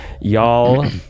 y'all